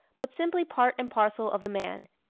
but simply part and parcel of the man,